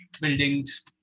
buildings